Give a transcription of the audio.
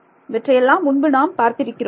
இவற்றை எல்லாம் முன்பு நாம் பார்த்திருக்கிறோம்